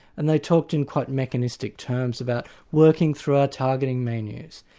and they talked in quite mechanistic terms about working through our targeting menus,